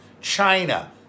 China